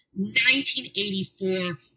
1984